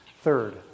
Third